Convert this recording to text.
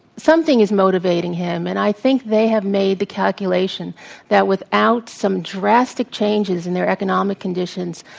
something is motivating him. and i think they have made the calculation that without some drastic changes in their economic conditions,